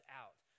out